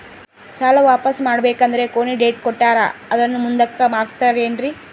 ಸಾಲ ವಾಪಾಸ್ಸು ಮಾಡಬೇಕಂದರೆ ಕೊನಿ ಡೇಟ್ ಕೊಟ್ಟಾರ ಅದನ್ನು ಮುಂದುಕ್ಕ ಹಾಕುತ್ತಾರೇನ್ರಿ?